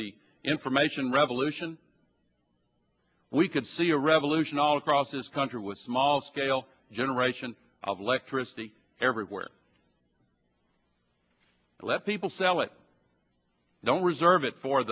the information revolution we could see a revolution all across this country with small scale generation of electricity everywhere let people sell it don't reserve it for